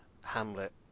Hamlet